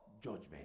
judgment